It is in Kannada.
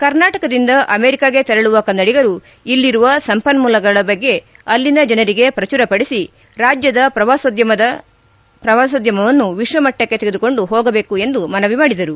ಕರ್ನಾಟಕದಿಂದ ಅಮೆರಿಕಾಗೆ ತೆರಳುವ ಕನ್ನಡಿಗರು ಇಲ್ಲಿರುವ ಸಂಪನ್ಮೂಲಗಳ ಬಗ್ಗೆ ಅಲ್ಲಿನ ಜನರಿಗೆ ಪ್ರಚುರ ಪಡೆಸಿ ರಾಜ್ಯದ ಪ್ರವಾಸೋದ್ಯನ್ನು ವಿಶ್ವ ಮಟ್ಟಕ್ಕೆ ತೆಗೆದುಕೊಂಡು ಹೋಗದೇಕು ಎಂದು ಮನವಿ ಮಾಡಿದರು